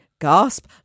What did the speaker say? gasp